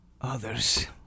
others